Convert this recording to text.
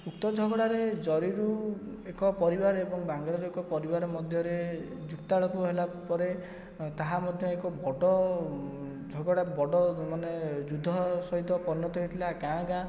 ଉକ୍ତ ଝଗଡ଼ାରେ ଜରିରୁ ଏକ ପରିବାର ଏବଂ ବାଙ୍ଗରାରୁ ଏକ ପରିବାର ମଧ୍ୟରେ ଯୁକ୍ତାଳପ ହେଲା ପରେ ତାହା ମଧ୍ୟ ଏକ ବଡ ଝଗଡ଼ା ବଡ ମାନେ ଯୁଦ୍ଧ ସହିତ ପରିଣତ ହୋଇଥିଲା ଗାଁ ଗାଁ